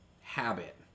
habit